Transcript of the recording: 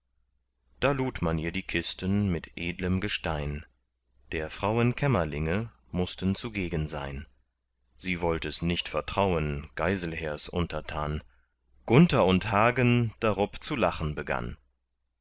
da lud man ihr die kisten mit edlem gestein der frauen kämmerlinge mußten zugegen sein sie wollt es nicht vertrauen geiselhers untertan gunther und hagen darob zu lachen begann